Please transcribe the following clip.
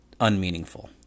unmeaningful